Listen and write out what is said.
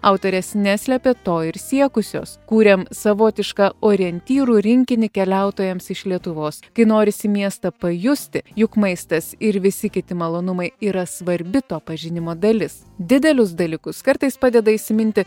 autorės neslepia to ir siekusios kūrė savotišką orientyrų rinkinį keliautojams iš lietuvos kai norisi miestą pajusti juk maistas ir visi kiti malonumai yra svarbi to pažinimo dalis didelius dalykus kartais padeda įsiminti